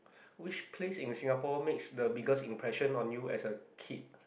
which place in Singapore makes the biggest impression on you as a kid